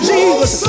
Jesus